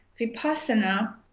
Vipassana